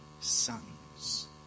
sons